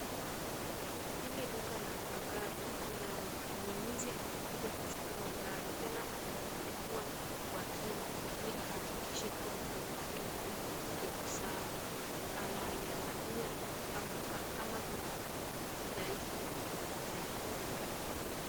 Hili duka la magari kuna mnunuzi amekuja kuchukua gari tena analikagua kwa kina ili ahakikishe kuwa gari lake liko sawa. Anaiangalia kama kuna udhaifu sehemu fulani.